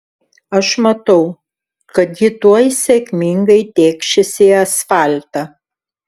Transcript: aš matau kad ji tuoj sėkmingai tėkšis į asfaltą